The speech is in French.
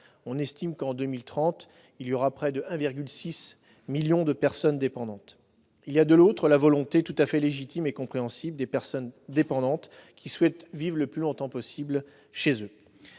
On estime qu'en 2030 il y aura près de 1,6 million de personnes dépendantes. Il y a, de l'autre, le souhait, tout à fait légitime et compréhensible, des personnes dépendantes de vivre le plus longtemps possible chez elles.